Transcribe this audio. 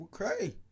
Okay